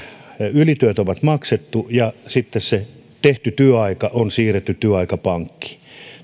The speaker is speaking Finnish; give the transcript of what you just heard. ylityöt on maksettu ja sitten tehty työaika on siirretty työaikapankkiin